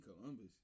Columbus